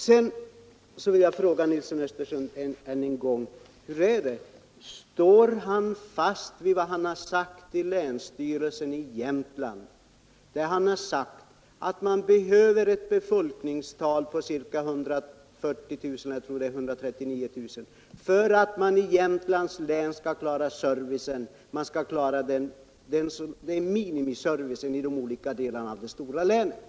Sedan vill jag fråga herr Nilsson i Östersund än en gång: Hur är det, står herr Nilsson fast vid vad han sagt i länsstyrelsen i Jämtlands län? Där har herr Nilsson sagt att man behöver ett befolkningstal på ca 139 000 för att klara minimiservicen i de olika delarna av det stora länet.